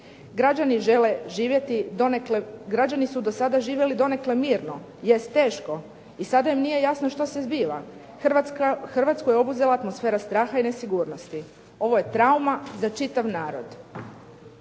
građani su do sada živjeli normalno, jest teško i sada im nije jasno što se zbiva. Hrvatsku je obuzela atmosfera straha i nesigurnosti. Ovo je trauma za čitav narod.